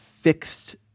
fixed